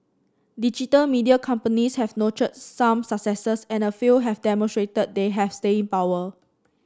digital media companies have notched some successes and a few have demonstrated that they have staying power